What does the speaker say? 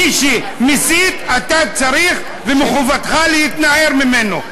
מי שמסית, אתה צריך ומחובתך להתנער ממנו.